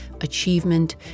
achievement